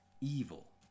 evil